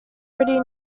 pretty